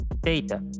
data